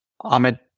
Ahmed